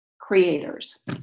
creators